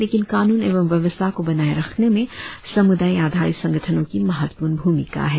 लेकिन कानून एवं व्यवस्था को बनाए रखने में समूदाय आधारित संगठनों की महत्वपूर्ण भ्रमिका है